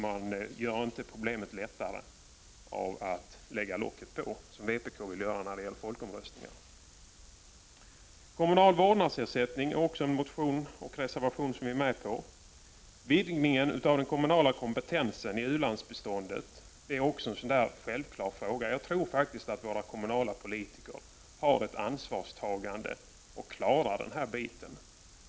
Man gör inte problemet lättare av att lägga locket på, som vpk gör när det gäller folkomröstningar. I frågan om kommunal vårdnadsersättning finns två motioner och en reservation vilken vi står bakom. Också när det gäller vidgningen av den kommunala kompetensen i u-landsbiståndet är ställningstagandet självklart. Jag tror att våra kommunala politiker är ansvarstagande och klarar en sådan frihet.